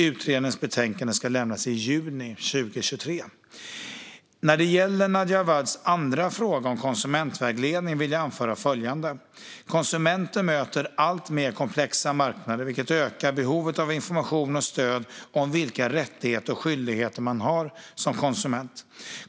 Utredningens betänkande ska lämnas i juni 2023. När det gäller Nadja Awads andra fråga, om konsumentvägledning, vill jag anföra följande. Konsumenter möter alltmer komplexa marknader, vilket ökar behovet av information och stöd om vilka rättigheter och skyldigheter man har som konsument.